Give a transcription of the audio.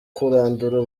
kurandura